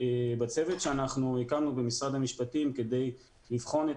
בצוות שהקמנו במשרד המשפטים כדי לבחון את